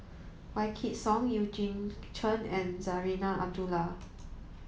Wykidd Song Eugene Chen and Zarinah Abdullah